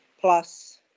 plus